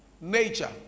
nature